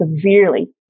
severely